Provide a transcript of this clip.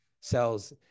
cells